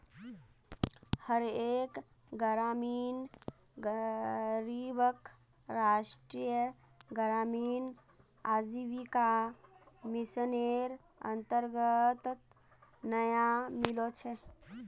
हर एक ग्रामीण गरीबक राष्ट्रीय ग्रामीण आजीविका मिशनेर अन्तर्गत न्याय मिलो छेक